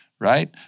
right